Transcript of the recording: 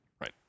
Right